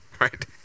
right